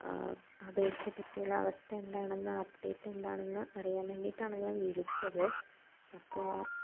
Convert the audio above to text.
അപേക്ഷയെപ്പറ്റിയുള്ള അവസ്ഥ എന്താണെന്ന് അപ്ഡേറ്റ് എന്താണെന്ന് അറിയാൻവേണ്ടിയിട്ടാണ് ഞാൻ വിളിച്ചത് അപ്പോള്